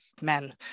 men